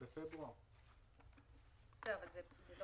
אבל נראה לי שזה מוגזם, הסכום הזה פשוט לא